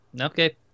okay